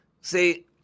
see